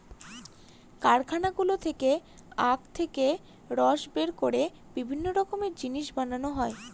কারখানাগুলো থেকে আখ থেকে রস বের করে বিভিন্ন রকমের জিনিস বানানো হয়